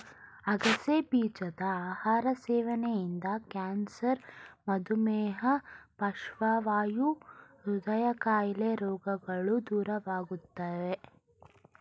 ಅಗಸೆ ಬೀಜದ ಆಹಾರ ಸೇವನೆಯಿಂದ ಕ್ಯಾನ್ಸರ್, ಮಧುಮೇಹ, ಪಾರ್ಶ್ವವಾಯು, ಹೃದಯ ಕಾಯಿಲೆ ರೋಗಗಳು ದೂರವಾಗುತ್ತವೆ